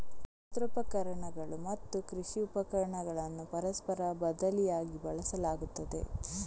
ಯಂತ್ರೋಪಕರಣಗಳು ಮತ್ತು ಕೃಷಿ ಉಪಕರಣಗಳನ್ನು ಪರಸ್ಪರ ಬದಲಿಯಾಗಿ ಬಳಸಲಾಗುತ್ತದೆ